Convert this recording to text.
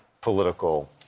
political